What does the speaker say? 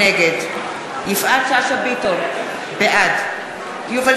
נגד יפעת שאשא ביטון, בעד יובל